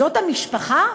זאת המשפחה?